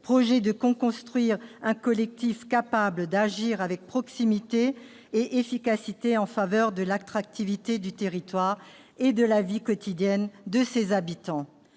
et de coconstruire un collectif capable d'agir avec proximité et efficacité en faveur de l'attractivité du territoire et de la vie quotidienne de ses habitants.